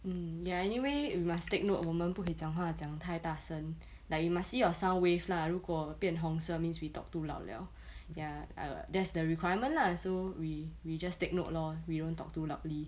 mm ya anyway we must take note 我们不可以讲话讲太大声 like you must see your sound wave lah 如果变红色 means we talk too loud liao ya err that's the requirement lah so we we just take note lor we don't talk too loudly